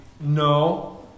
No